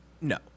No